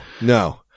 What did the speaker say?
no